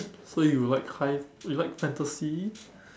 so you like high you like fantasy